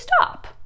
stop